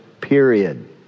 period